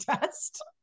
test